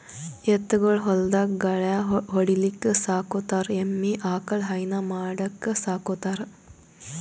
ಎತ್ತ್ ಗೊಳ್ ಹೊಲ್ದಾಗ್ ಗಳ್ಯಾ ಹೊಡಿಲಿಕ್ಕ್ ಸಾಕೋತಾರ್ ಎಮ್ಮಿ ಆಕಳ್ ಹೈನಾ ಮಾಡಕ್ಕ್ ಸಾಕೋತಾರ್